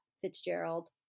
Fitzgerald